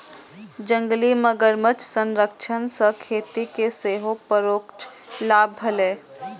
जंगली मगरमच्छ संरक्षण सं खेती कें सेहो परोक्ष लाभ भेलैए